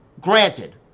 Granted